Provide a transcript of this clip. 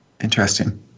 Interesting